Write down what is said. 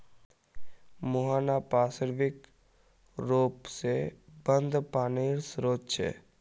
मुहाना पार्श्विक र्रोप से बंद पानीर श्रोत छे